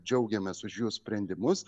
džiaugiamės už jų sprendimus